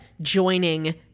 joining